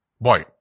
boy